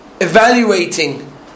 evaluating